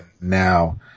now